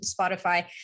Spotify